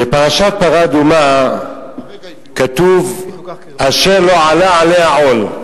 בפרשת פרה אדומה כתוב: אשר לא עלה עליה עול.